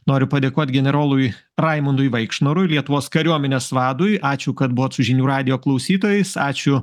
noriu padėkot generolui raimundui vaikšnorui lietuvos kariuomenės vadui ačiū kad buvot su žinių radijo klausytojais ačiū